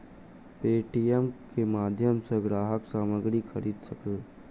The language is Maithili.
पे.टी.एम के माध्यम सॅ ग्राहक सामग्री खरीद सकल